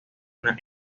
una